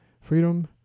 freedom